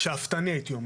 שאפתני הייתי אומר.